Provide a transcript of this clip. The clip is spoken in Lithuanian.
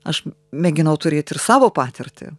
aš mėginau turėt ir savo patirtį